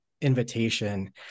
invitation